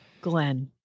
Glenn